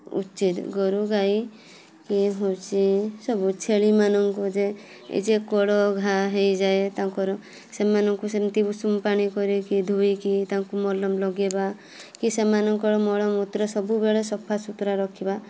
ଉଚିତ୍ ଗୋରୁଗାଈ ଇଏ ହେଉଛି ସବୁ ଛେଳିମାନଙ୍କୁ ଯେ ଏ ଯେଉଁ କଳ ଘା' ହେଇଯାଏ ତାଙ୍କର ସେମାନଙ୍କୁ ସେମିତି ଉଷୁମ ପାଣି କରିକି ଧୋଇକି ତାଙ୍କୁ ମଲମ ଲଗେଇବା କି ସେମାନଙ୍କର ମଳମୂତ୍ର ସବୁବେଳେ ସଫାସୁତୁରା ରଖିବା